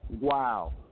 wow